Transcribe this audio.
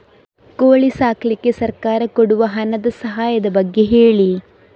ಕೋಳಿ ಸಾಕ್ಲಿಕ್ಕೆ ಸರ್ಕಾರ ಕೊಡುವ ಹಣದ ಸಹಾಯದ ಬಗ್ಗೆ ಹೇಳಿ